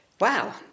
wow